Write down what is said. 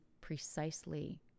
precisely